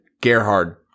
Gerhard